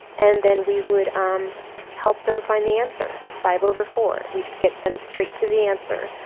and then we would um help them find the answer, five over four. we'd get them straight to the answer.